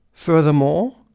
Furthermore